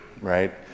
right